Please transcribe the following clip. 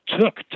took